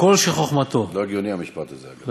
כל שחוכמתו" זה לא הגיוני המשפט הזה, אגב.